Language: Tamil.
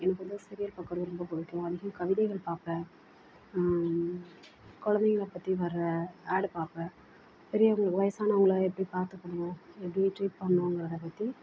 எனக்கு வந்து சீரியல் பார்க்க ரொம்ப பிடிக்கும் அதிகம் கவிதைகள் பார்ப்பேன் கொழந்தைகள பற்றி வர்ற ஆட் பார்ப்பேன் பெரியவங்களை வயதானவங்கள எப்படி பார்த்துக்கணும் எப்படி ட்ரீட் பண்ணணுங்கிறத பற்றி